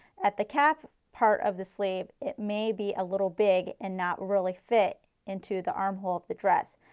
at the cap part of the sleeve it maybe a little big and not really fit into the armhole of the dress.